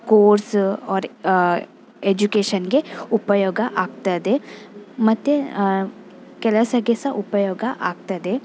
course or ಎಜುಕೇಶನ್ಗೆ ಉಪಯೋಗ ಆಗ್ತದೆ ಮತ್ತು ಕೆಲಸಕ್ಕೆ ಸಹ ಉಪಯೋಗ ಆಗ್ತದೆ